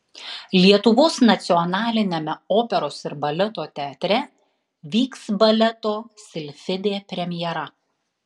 lietuvos nacionaliniame operos ir baleto teatre vyks baleto silfidė premjera